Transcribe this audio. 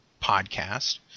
podcast